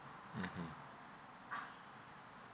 mmhmm